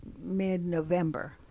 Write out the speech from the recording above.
mid-November